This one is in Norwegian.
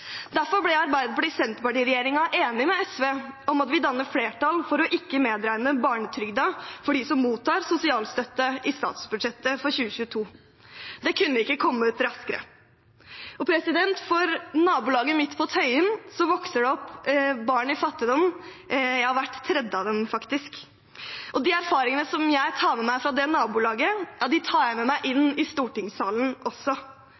Derfor ble Arbeiderparti–Senterparti-regjeringen enig med SV om å danne flertall for ikke å medregne barnetrygden for dem som mottar sosialstøtte i statsbudsjettet for 2022. Det kunne ikke kommet raskere. I nabolaget mitt på Tøyen vokser det opp barn i fattigdom, hvert tredje av dem, faktisk. De erfaringene jeg tar med meg fra det nabolaget, tar jeg med meg